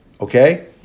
okay